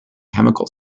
chemical